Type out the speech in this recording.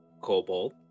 Cobalt